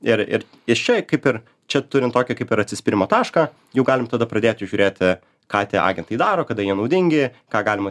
ir ir iš čia kaip ir čia turim tokį kaip ir atsispyrimo tašką jau galim tada pradėt jau žiūrėti ką tie agentai daro kada jie naudingi ką galima